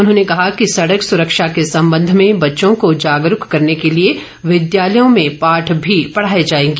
उन्होंने कहा कि सड़क सुरक्षा के संबंध में बच्चों को जागरूक करने के लिए विद्यालयों में पाठ भी पढ़ाए जाएंगे